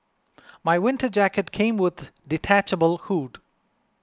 my winter jacket came with detachable hood